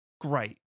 great